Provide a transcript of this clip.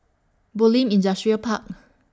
Bulim Industrial Park